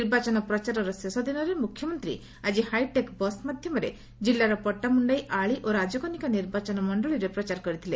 ନିର୍ବାଚନ ପ୍ରଚାରର ଶେଷ ଦିନରେ ମୁଖ୍ୟମନ୍ତୀ ଆକି ହାଇଟେକ୍ ବସ୍ ମାଧ୍ଧମରେ କିଲ୍ଲାର ପଟାମୁଣ୍ଡାଇ ଆଳି ଓ ରାଜକନିକା ନିର୍ବାଚନ ମଖଳୀରେ ପ୍ରଚାର କରିଥିଲେ